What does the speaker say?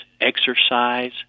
exercise